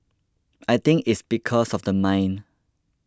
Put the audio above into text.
I think it's because of the mine